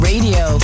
Radio